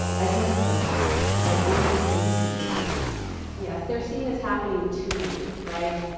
i've never counted but i always seem to be feeling them yes, they're seen as happening to you right?